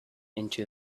into